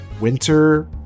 winter